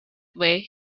way